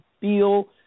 feel